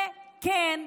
וכן,